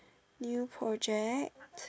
new project